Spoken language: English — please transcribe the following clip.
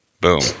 boom